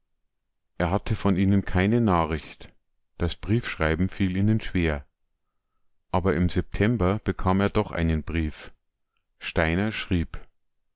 er hatte von ihnen keine nachricht das briefschreiben fiel ihnen schwer aber im september bekam er doch einen brief steiner schrieb